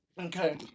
Okay